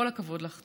כל הכבוד לך.